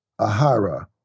Ahara